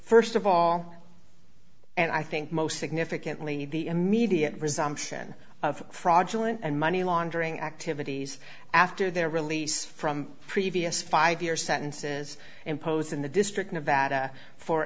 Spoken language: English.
st of all and i think most significantly the immediate resumption of fraudulent and money laundering activities after their release from previous five year sentences imposed in the district nevada for